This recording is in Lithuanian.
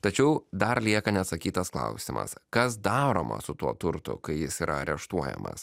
tačiau dar lieka neatsakytas klausimas kas daroma su tuo turtu kai jis yra areštuojamas